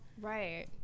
right